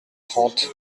trente